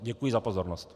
Děkuji za pozornost.